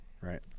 right